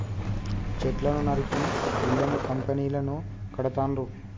చెట్లను నరికి ఇళ్లను కంపెనీలను కడుతాండ్రు